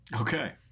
Okay